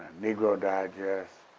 negro digest,